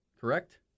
correct